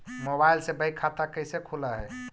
Mobile से bank खाता कैसे खुल है?